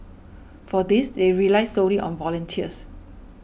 for this they rely solely on volunteers